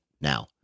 now